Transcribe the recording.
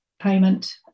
payment